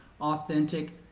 authentic